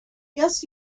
yes